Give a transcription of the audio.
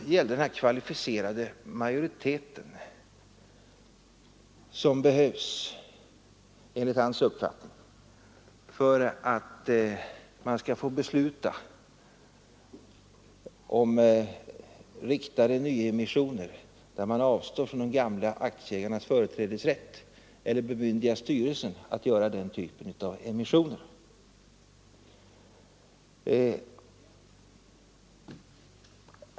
Det gällde den kvalificerade majoritet som behövs, enligt hans uppfattning, för att man skall få besluta om riktade nyemissioner där man avstår från de gamla aktieägarnas företrädesrätt eller bemyndigar styrelsen att göra den typen av emission.